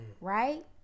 right